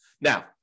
Now